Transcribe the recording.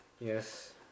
Yes